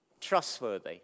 trustworthy